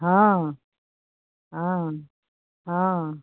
हाँ हाँ हाँ